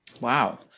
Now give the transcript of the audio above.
Wow